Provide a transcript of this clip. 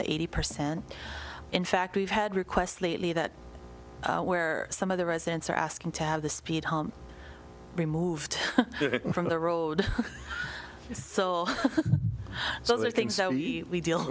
the eighty percent in fact we've had requests lately that where some of the residents are asking to have the speed home removed from the road so those are things we deal